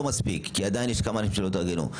לא מספיק כי עדיין יש כמה אנשים שלא התארגנו.